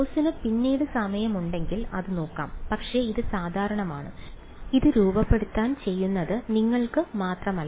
കോഴ്സിന് പിന്നീട് സമയമുണ്ടെങ്കിൽ അത് നോക്കാം പക്ഷേ ഇത് സാധാരണമാണ് ഇത് രൂപപ്പെടുത്താൻ ചെയ്യുന്നത് നിങ്ങൾക്ക് മാത്രമല്ല